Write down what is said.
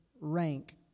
rank